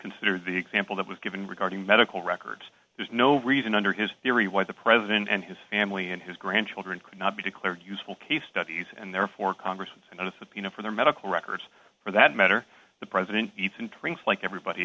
consider the example that was given regarding medical records there's no reason under his theory why the president and his family and his grandchildren could not be declared useful case studies and therefore congress another subpoena for their medical records for that matter the president eats and things like everybody